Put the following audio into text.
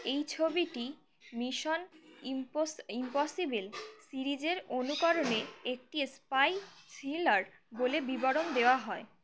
এই ছবিটি মিশন ইমস ইম্পসিবেল সিরিজের অনুকরণে একটি স্পাই থ্রিলার বলে বিবরণ দেওয়া হয়